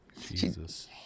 Jesus